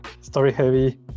story-heavy